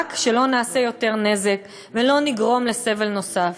ורק שלא נעשה יותר נזק ולא נגרום סבל נוסף.